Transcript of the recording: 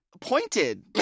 Pointed